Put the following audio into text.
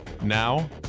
Now